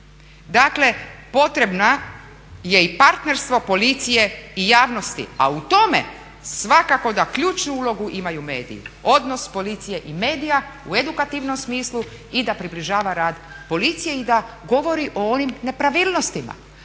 Dakle, potrebno je i partnerstvo policije i javnosti. A u tome svakako da ključnu ulogu imaju mediji. Odnos policije i medija u edukativnom smislu i da približava rad policije i da govori o onim nepravilnostima.